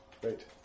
Great